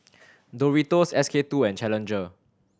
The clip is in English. Doritos S K Two and Challenger